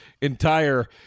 entire